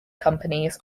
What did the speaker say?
companies